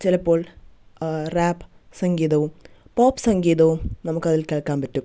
ചിലപ്പോൾ റാപ്പ് സംഗിതവും പോപ്പ് സംഗീതവും നമുക്ക് അതിൽ കേൾക്കാൻ പറ്റും